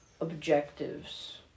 objectives